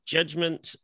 Judgment